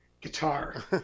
guitar